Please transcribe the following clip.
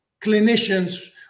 clinicians